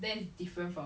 simply well off